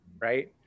right